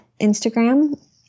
Instagram